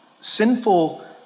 sinful